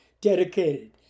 dedicated